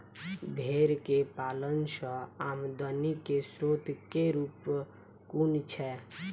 भेंर केँ पालन सँ आमदनी केँ स्रोत केँ रूप कुन छैय?